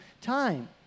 time